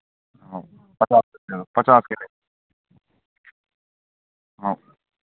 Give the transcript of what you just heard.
हाँ पचास रुैया पचास के ले हाँ